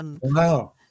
Wow